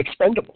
expendables